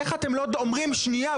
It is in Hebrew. איך אתם לא אומרים: שנייה,